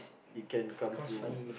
it can come through